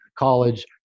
college